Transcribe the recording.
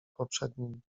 poprzednim